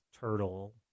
turtle